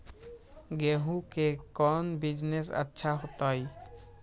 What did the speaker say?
गेंहू के कौन बिजनेस अच्छा होतई?